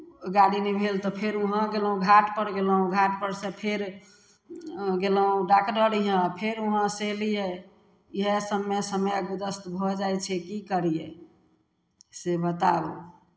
गाड़ी नहि भेल तऽ फेर उहाँ गेलहुँ घाटपर गेलहुँ घाटपर सँ फेर गेलहुँ डागदर हियाँ फेर उहाँसँ एलियै इएह सभमे समय गुजस्त भऽ जाइ छै की करियै से बताउ